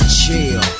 chill